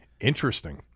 Interesting